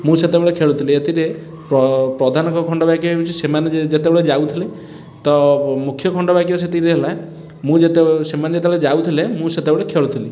ମୁଁ ସେତେବେଳେ ଖେଳୁଥିଲି ଏଥିରେ ପ୍ର ପ୍ରଧାନକ ଖଣ୍ଡବାକ୍ୟ ହେଉଛି ସେମାନେ ଯେତେବେଳେ ଯାଉଥିଲେ ତ ମୁଖ୍ୟ ଖଣ୍ଡବାକ୍ୟ ସେଥିରେ ହେଲା ମୁଁ ଯେତେ ସେମାନେ ଯେତେବେଳେ ଯାଉଥିଲେ ମୁଁ ସେତେବେଳେ ଖେଳୁଥିଲି